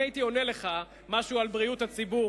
אני הייתי עונה לך משהו על בריאות הציבור,